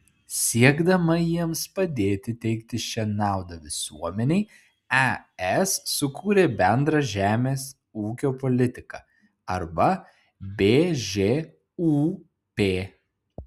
siekdama jiems padėti teikti šią naudą visuomenei es sukūrė bendrą žemės ūkio politiką arba bžūp